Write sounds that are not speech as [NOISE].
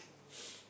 [NOISE]